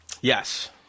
Yes